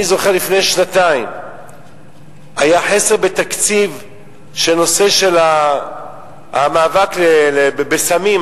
אני זוכר שלפני שנתיים היה חסר בתקציב בנושא של המאבק בסמים.